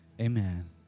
Amen